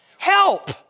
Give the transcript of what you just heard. Help